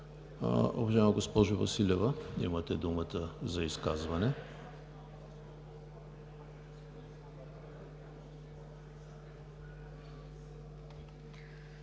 Уважаема госпожо Василева, имате думата за изказване.